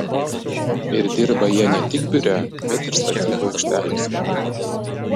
ir dirba jie ne tik biure bet ir statybų aikštelėse